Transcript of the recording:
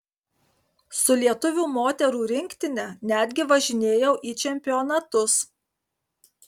su lietuvių moterų rinktine netgi važinėjau į čempionatus